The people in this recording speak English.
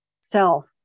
self